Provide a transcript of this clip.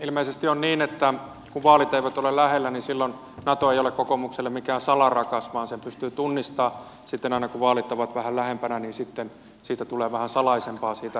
ilmeisesti on niin että kun vaalit eivät ole lähellä niin silloin nato ei ole kokoomukselle mikään salarakas vaan sen pystyy tunnistamaan että aina kun vaalit ovat vähän lähempänä tulee vähän salaisempaa siitä tapailusta